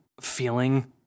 feeling